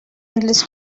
endless